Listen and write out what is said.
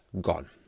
gone